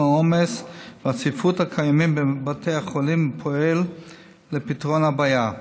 העומס והצפיפות הקיימים בבתי החולים ופועל לפתרון הבעיה.